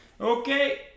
Okay